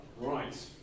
Right